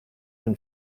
when